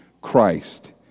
Christ